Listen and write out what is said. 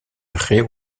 río